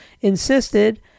insisted